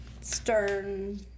stern